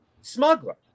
smuggler